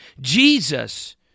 Jesus